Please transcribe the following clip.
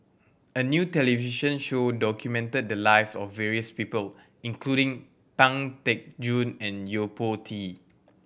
a new television show documented the lives of various people including Pang Teck Joon and Yo Po Tee